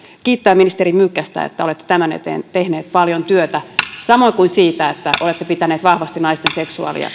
kiittää ministeri mykkästä että olette tämän eteen tehnyt paljon työtä samoin kuin siitä että olette pitänyt vahvasti naisten seksuaali ja